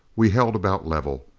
we held about level.